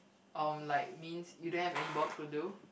um like means you don't have any work to do